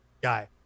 guy